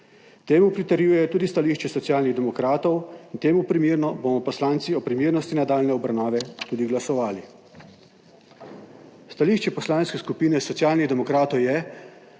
Temu pritrjuje tudi stališče Socialnih demokratov in temu primerno bomo poslanci o primernosti nadaljnje obravnave tudi glasovali. Stališče Poslanske skupine Socialnih demokratov je,